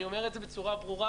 אני אומר את זה בצורה ברורה,